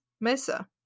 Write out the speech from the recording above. Mesa